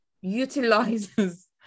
Utilizes